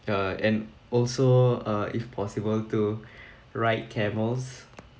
ya and also uh if possible to ride camels